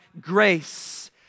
grace